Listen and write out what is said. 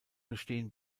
bestehen